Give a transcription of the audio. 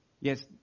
Yes